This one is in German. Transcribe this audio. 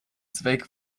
zweck